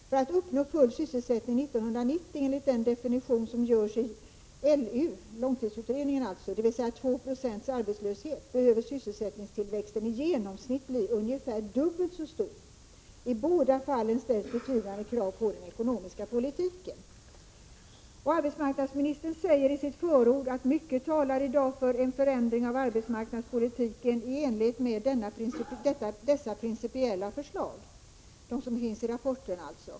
För att uppnå full sysselsättning 1990 enligt den definition som görs i LU,” — långtidsutredningen —- ”dvs 2 procents arbetslöshet, behöver sysselsättningstillväxten i genomsnitt bli ungefär dubbelt så stor. I båda fallen ställs betydande krav på den ekonomiska politiken.” Arbetsmarknadsministern säger i sitt förord att mycket talar i dag för en förändring av arbetsmarknadspolitiken i enlighet med dessa principiella förslag, alltså förslagen i rapporten.